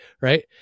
Right